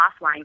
offline